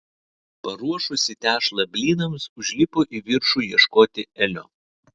paruošusi tešlą blynams užlipo į viršų ieškoti elio